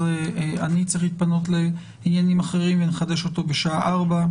אני צריך להתפנות לדברים אחרים ונחדש אותו בשעה ארבע.